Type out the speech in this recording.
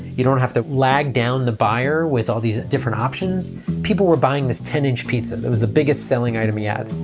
you don't have to lag down the buyer with all these different options. people were buying this ten inch pizza. that was the biggest selling item yet.